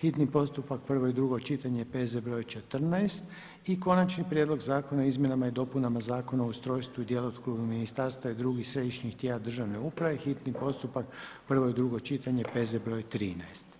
hitni postupak, prvo i drugo čitanje, P.Z. br. 14. i - Konačni prijedlog zakona o izmjenama i dopunama Zakona o ustrojstvu i djelokrugu ministarstava i drugih središnjih tijela državne uprave, hitni postupak, prvo i drugo čitanje, P.Z. br. 13.